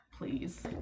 Please